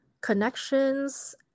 connections